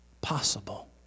possible